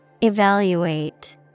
Evaluate